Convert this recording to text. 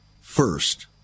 first